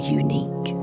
unique